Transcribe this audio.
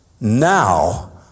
Now